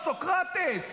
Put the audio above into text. סוקרטס,